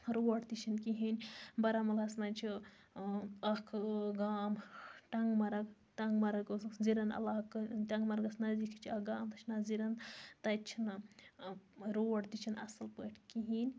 road تہِ چھِنہٕ کِہیٖنۍ بارامُلہَس مَنٛز چھُ اکھ گام ٹَنٛگمرگ ٹنگمرگ زِرَن عَلاقہٕ ٹَنٛگمرگَس نَذدیٖکے چھُ اکھ گام تتھ چھُ ناو زِرَن تَتہِ چھِنہٕ روڈ تہِ چھِنہٕ اصل پٲٹھۍ کِہیٖنۍ